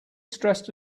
stressed